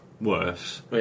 worse